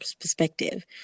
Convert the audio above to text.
perspective